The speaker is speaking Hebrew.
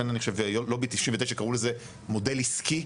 אני חושב שלובי 99 קראו לזה מודל עסקי,